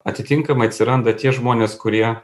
atitinkamai atsiranda tie žmonės kurie